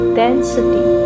density